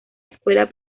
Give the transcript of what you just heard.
escuela